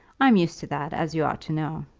i'm used to that, as you ought to know.